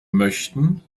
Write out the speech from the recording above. möchten